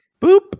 boop